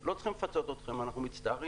לא צריך לפצות אתכם ושלום,